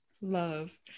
love